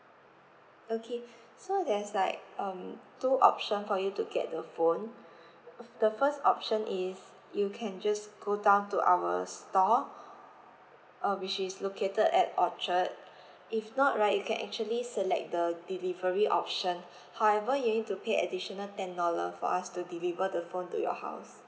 okay so there's like um two option for you to get the phone the first option is you can just go down to our stall uh which is located at orchard if not right you can actually select the delivery option however you need to pay additional ten dollar for us to deliver the phone to your house